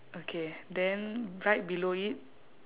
okay then right below it